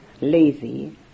lazy